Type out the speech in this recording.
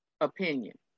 opinion